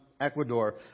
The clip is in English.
Ecuador